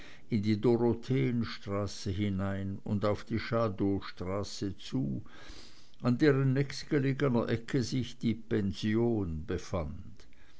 in die dorotheenstraße hinein und auf die schadowstraße zu an deren nächstgelegener ecke sich die pension befand